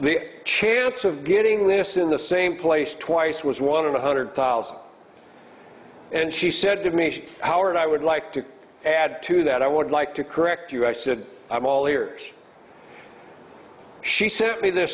the chance of getting lost in the same place twice was one in one hundred thousand and she said to me howard i would like to add to that i would like to correct you i said i'm all ears she sent me th